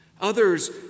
Others